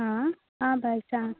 हां आं बाय सांग